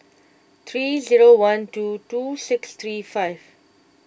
three zero one two two six three five